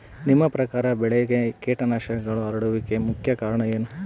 ನಿಮ್ಮ ಪ್ರಕಾರ ಬೆಳೆಗೆ ಕೇಟನಾಶಕಗಳು ಹರಡುವಿಕೆಗೆ ಮುಖ್ಯ ಕಾರಣ ಏನು?